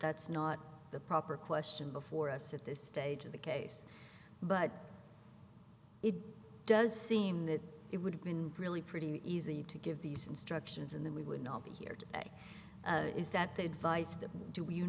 that's not the proper question before us at this stage of the case but it does seem that it would have been really pretty easy to give these instructions and then we would not be here today is that they advised to do